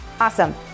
awesome